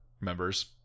members